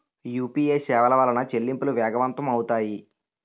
UPA సేవల వలన చెల్లింపులు వేగవంతం అవుతాయి